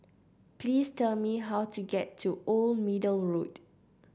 please tell me how to get to Old Middle Road